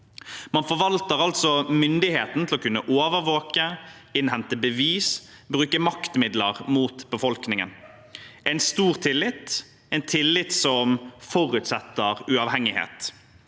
Man forvalter altså myndigheten til å kunne overvåke, innhente bevis og bruke maktmidler mot befolkningen – en stor tillit, en tillit som forutsetter uavhengighet.